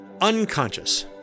Unconscious